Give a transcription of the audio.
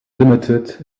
limited